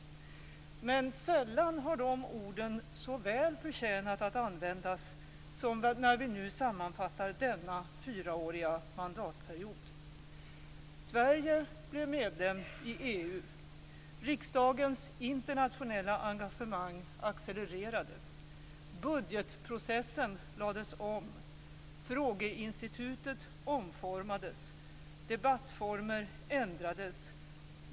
Men sällan har de orden så väl förtjänat att användas som när vi nu sammanfattar denna - fyraåriga - mandatperiod. Sverige blev medlem i EU. Riksdagens internationella engagemang accelererade. Budgetprocessen lades om. Frågeinstitutet omformades. Debattformer ändrades.